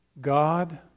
God